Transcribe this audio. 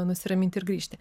nusiraminti ir grįžti